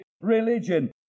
Religion